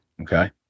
Okay